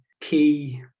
key